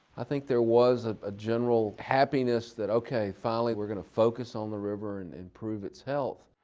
i think there was a general happiness that okay, finally we're gonna focus on the river and improve its health.